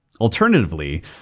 Alternatively